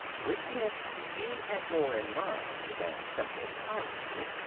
which meant he had more in mind than simple piracy.